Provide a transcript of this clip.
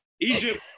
Egypt